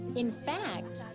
in fact,